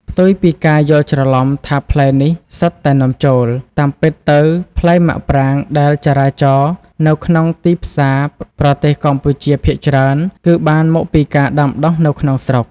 ផ្ទុយពីការយល់ច្រឡំថាផ្លែនេះសុទ្ធតែនាំចូល តាមពិតទៅផ្លែមាក់ប្រាងដែលចរាចរណ៍នៅក្នុងទីផ្សារប្រទេសកម្ពុជាភាគច្រើនគឺបានមកពីការដាំដុះនៅក្នុងស្រុក។